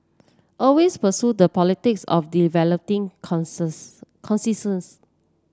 always pursue the politics of developing consensus